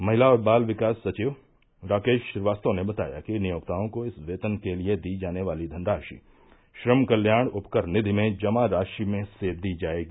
महिला और बाल विकास सचिव राकेश श्रीवास्तव ने बताया कि नियोक्ताओं को इस वेतन के लिए दी जाने वाली धनराशि श्रम कल्याण उपकर निधि में जमा राशि में से दी जायेगी